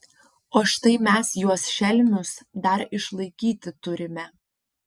o štai mes juos šelmius dar išlaikyti turime